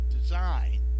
design